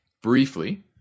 Briefly